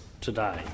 today